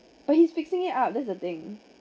but he's fixing it up that's the thing